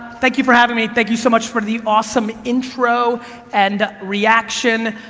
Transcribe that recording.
thank you for having me, thank you so much for the awesome intro and reaction,